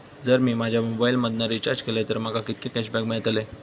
जर मी माझ्या मोबाईल मधन रिचार्ज केलय तर माका कितके कॅशबॅक मेळतले?